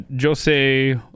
Jose